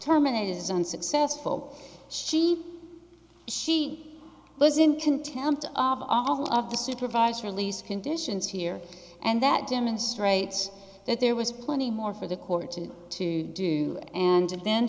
terminated as unsuccessful she she was in contempt of all of the supervised release conditions here and that demonstrates that there was plenty more for the court to to do and then